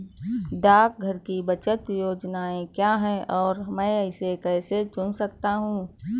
डाकघर की बचत योजनाएँ क्या हैं और मैं इसे कैसे चुन सकता हूँ?